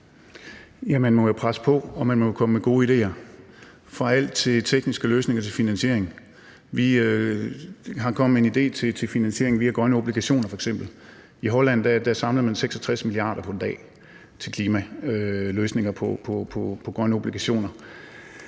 Ja, man må jo presse på, og man må komme med gode idéer fra alt fra tekniske løsninger til finansiering. Vi er kommet med en idé til finansiering via f.eks. grønne obligationer. I Holland samlede man 66 mia. kr. på en dag til klimaløsninger via grønne obligationer.